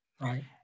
Right